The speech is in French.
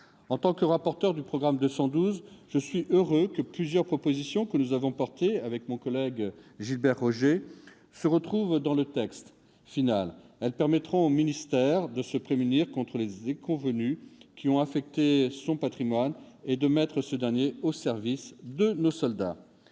En tant que rapporteur pour avis du programme 212, je suis heureux que plusieurs propositions que nous avions portées avec mon collègue Gilbert Roger se retrouvent dans le texte final. Elles permettront au ministère de se prémunir contre les déconvenues qui ont affecté son patrimoine et de mettre ce dernier au service de nos soldats.